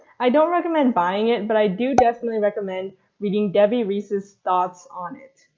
i don't recommend buying it, but i do definitely recommend reading debbie reese's thoughts on it.